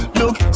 look